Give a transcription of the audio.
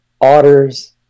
otters